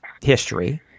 history